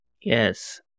Yes